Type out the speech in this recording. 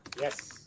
Yes